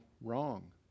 wrong